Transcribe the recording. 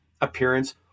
appearance